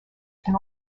can